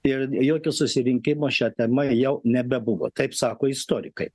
ir jokio susirinkimo šia tema jau nebebuvo taip sako istorikai